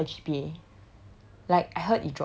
K but thing is I don't know her G_P_A